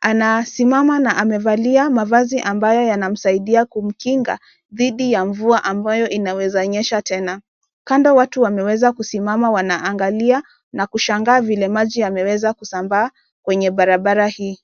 anasimama na amevalia mavazi ambayo yanamsaidia kumkinga dhidi ya mvua ambayo inaweza nyesha tena. Kando watu wameweza kusimama wanaangalia na kushangaa vile maji yameweza kusambaa kwenye barabara hii.